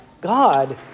God